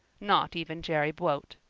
not even jerry boute.